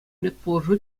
медпулӑшу